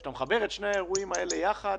אתה מחבר את שני האירועים האלה יחד.